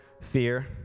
fear